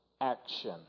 action